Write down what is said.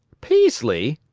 peaslee!